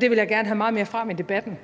Det vil jeg gerne have meget mere frem i debatten;